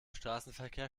straßenverkehr